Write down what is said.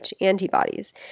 antibodies